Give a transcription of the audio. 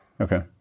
Okay